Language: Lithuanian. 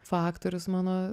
faktorius mano